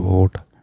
vote